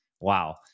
wow